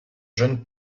jeune